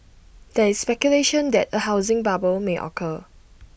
there is speculation that A housing bubble may occur